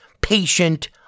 patient